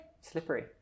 Slippery